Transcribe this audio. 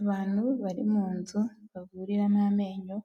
Abantu bari mu nzu bavuriramo amenyo,